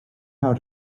how